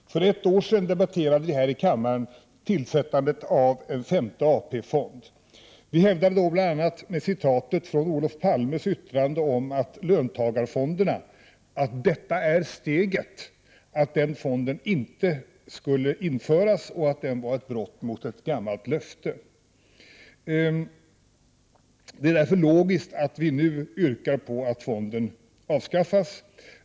Fru talman! För ett år sedan debatterade vi här i kammaren inrättandet av 8 juni 1989 en femte AP-fond. Vi i folkpartiet hävdade då — bl.a. genom att citera Olof Palmes yttrande om löntagarfonderna, ”detta är steget” — att den femte AP-fonden inte skulle införas, och att ett införande var ett brott mot ett gammalt löfte. Det är därför logiskt att vi nu yrkar att fonden avskaffas.